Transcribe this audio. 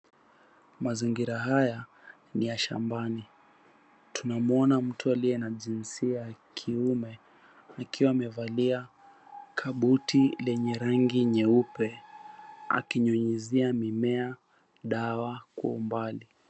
Mazingira haya ni ya shambani. Tunamwona mtu aliye na jinsia ya kiume akiwa amevalia kabuti lenye rangi nyeupe akinyunyuzia mimea dawa kwa umbali.